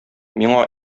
миңа